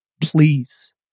please